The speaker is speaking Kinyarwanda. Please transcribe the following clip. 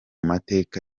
mateka